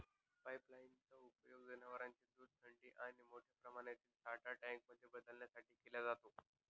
pipeline चा उपयोग जनवरांचे दूध थंडी आणि मोठ्या प्रमाणातील साठा टँक मध्ये बदलण्यासाठी केला जातो